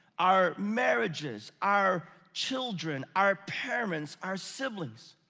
our marriages, our children, our parents, our siblings.